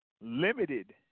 limited